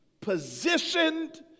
positioned